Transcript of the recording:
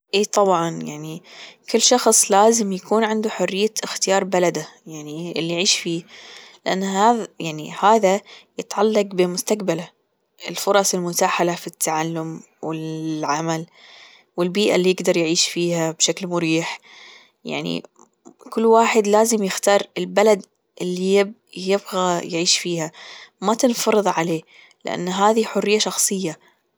إيه طبعا يعني كل شخص لازم يكون عنده حرية إختيار بلده يعني اللي يعيش فيه لأن هذا هذا يتعلق بمستقبله الفرص المتاحة له في التعلم والعمل والبيئة اللي يقدر يعيش فيها بشكل مريح يعني كل واحد لازم يختار البلد اللي اللي يبغى يعيش فيها ما تنفرض عليه لأن هذي حرية شخصية.